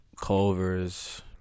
Culver's